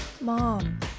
Mom